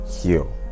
heal